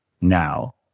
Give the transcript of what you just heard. now